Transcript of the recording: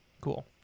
Cool